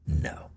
No